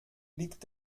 liegt